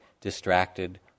distracted